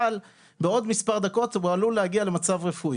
אבל בעוד מספר דקות הוא כבר עלול להגיע למצב רפואי,